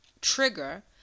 trigger